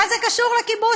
מה זה קשור לכיבוש?